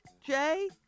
Jay